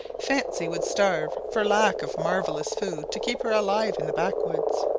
fancy would starve for lack of marvellous food to keep her alive in the backwoods.